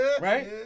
Right